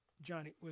Johnny